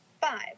Five